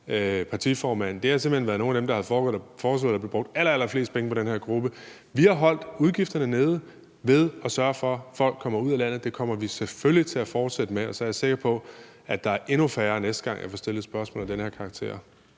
partiformand. Det har simpelt hen været nogle af dem, der har foreslået, at der blev brugt allerallerflest penge på den her gruppe. Vi har holdt udgifterne nede ved at sørge for, at folk kommer ud af landet, og det kommer vi selvfølgelig til at fortsætte med, og så er jeg sikker på, at der er endnu færre, næste gang jeg får stillet spørgsmål af den her karakter.